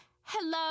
Hello